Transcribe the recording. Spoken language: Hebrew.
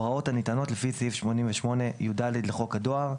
הוראות הניתנות לפי סעיף 88יד לחוק הדואר;